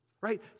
Right